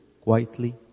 quietly